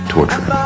Torture